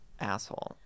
asshole